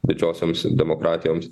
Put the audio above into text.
didžiosioms demokratijoms